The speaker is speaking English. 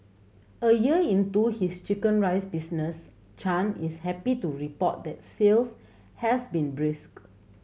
a year into his chicken rice business Chan is happy to report that sales has been brisk